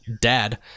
dad